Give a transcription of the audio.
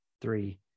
three